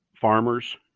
Farmers